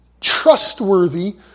trustworthy